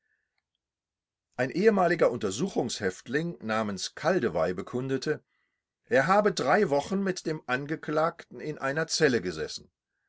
ein ehemaliger untersuchungshäftling namens kaldewey bekundete er habe drei wochen mit dem angeklagten in einer zelle gesessen